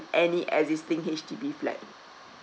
any existing H_D_B flat